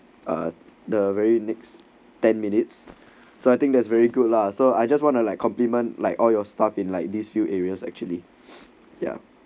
the very links ten minutes so I think that's very good lah so I just wanna like compliment like all your stuff in like these few areas actually yeah